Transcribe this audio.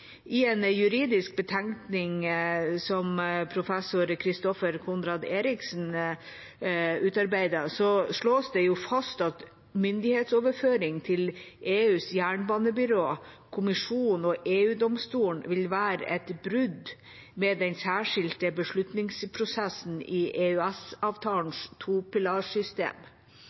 I en juridisk betenkning som professor Christoffer Conrad Eriksen utarbeidet, slås det fast at «myndighetsoverføring til EUs jernbanebyrå, Kommisjonen og EU-domstolen vil være et brudd med den særskilte beslutningsprosessen i